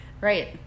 Right